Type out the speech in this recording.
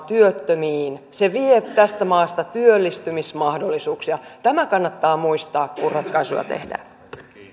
työttömiin se vie tästä maasta työllistymismahdollisuuksia tämä kannattaa muistaa kun ratkaisua tehdään